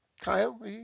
Kyle